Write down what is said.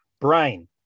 Brain